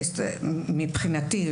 מבחינתי,